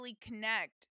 connect